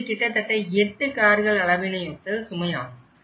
இது கிட்டத்தட்ட எட்டு கார்கள் அளவினையொத்த சுமை ஆகும்